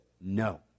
no